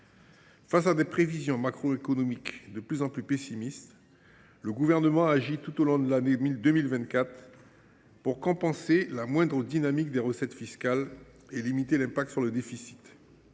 Face à des prévisions macroéconomiques de plus en plus pessimistes, le gouvernement en place a agi tout au long de l’année 2024 pour compenser la moindre dynamique des recettes fiscales et limiter son impact sur le déficit.